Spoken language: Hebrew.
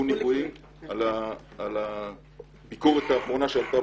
על הביקורת האחרונה שעלתה,